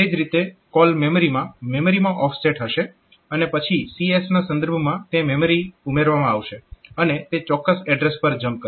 તે જ રીતે CALL mem માં મેમરીમાં ઓફસેટ હશે અને પછી CS ના સંદર્ભમાં તે મેમરી ઉમેરવામાં આવશે અને તે ચોક્કસ એડ્રેસ પર જમ્પ કરશે